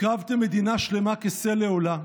הקרבתם מדינה שלמה כשה לעולה.